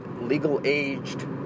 legal-aged